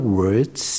words